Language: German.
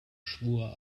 schwur